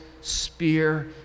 spear